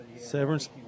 Severance